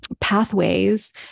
Pathways